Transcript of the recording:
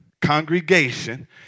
Congregation